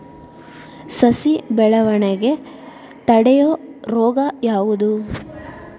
ಸಸಿ ಬೆಳವಣಿಗೆ ತಡೆಯೋ ರೋಗ ಯಾವುದು?